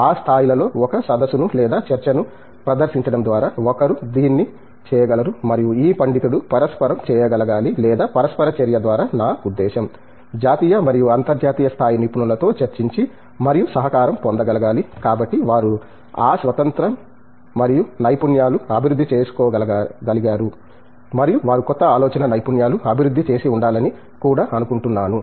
ఈ స్థాయిలలో ఒక సదస్సును లేదా చర్చను ప్రదర్శించడం ద్వారా ఒకరు దీన్ని చేయగలరు మరియు ఈ పండితుడు పరస్పరం చర్చించగలగాలి లేదా పరస్పర చర్య ద్వారా నా ఉద్దేశ్యం జాతీయ మరియు అంతర్జాతీయ స్థాయి నిపుణులతో చర్చించి మరియు సహకారం పొందగలగాలి కాబట్టి వారు ఆ స్వతంత్రం మరియు నైపుణ్యాలు అభివృద్ధి చేసుకోగలిగారా మరియు వారు కొత్త ఆలోచనా నైపుణ్యాలు అభివృద్ధి చేసి ఉండాలని కూడా అనుకుంటున్నాను